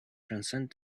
transcend